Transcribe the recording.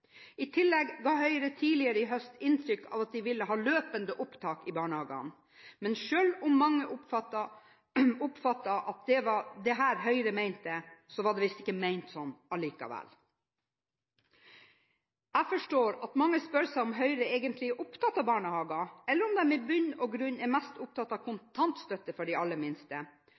I tillegg ga Høyre tidligere i høst inntrykk av at de ville ha løpende opptak i barnehagene. Selv om mange oppfattet at det var dette Høyre mente, var det visst ikke ment sånn likevel. Jeg forstår at mange spør seg om Høyre egentlig er opptatt av barnehager, eller om de i bunn og grunn er mest opptatt av kontanstøtte for de aller minste.